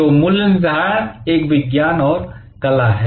तो मूल्य निर्धारण एक विज्ञान और कला है